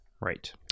right